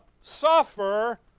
suffer